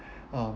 uh